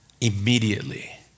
immediately